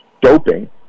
doping